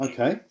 Okay